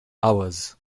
hours